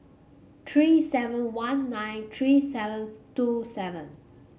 three seven one nine three seven two seven